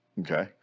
okay